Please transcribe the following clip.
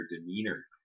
demeanor